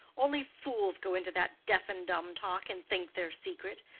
only fools go into that deaf and dumb talk, and think they're secret.